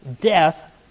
death